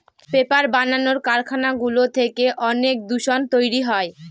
paper বানানোর কারখানাগুলো থেকে অনেক দূষণ তৈরী হয়